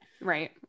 right